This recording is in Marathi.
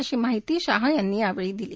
अशी माहिती शाह यांनी यावेळी दिली